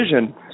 vision